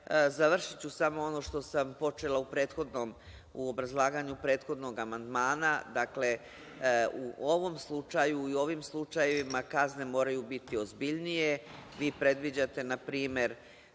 završiću samo ono što sam počela u obrazlaganju prethodnog amandmana, dakle, u ovom slučaju i u ovim slučajevima kazne moraju biti ozbiljnije. Vi predviđate, na primer,